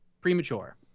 premature